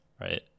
right